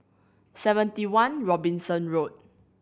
Seventy One Robinson Road